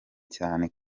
cyane